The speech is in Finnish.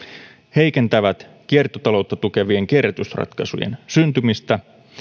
heikentävät kiertotaloutta tukevien kierrätysratkaisujen syntymistä